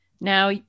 Now